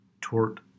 tort